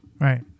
right